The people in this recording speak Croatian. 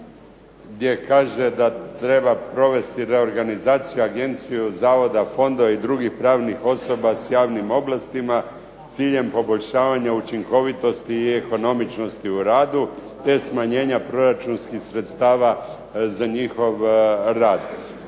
gdje kaže da "treba provesti reorganizaciju agencija, zavoda, fondova i drugih pravnih osoba s javnim ovlastima s ciljem poboljšavanja učinkovitosti i ekonomičnosti u radu, te smanjenja proračunskih sredstava za njihov rad".